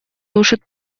тушит